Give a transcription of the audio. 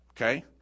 Okay